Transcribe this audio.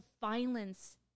violence-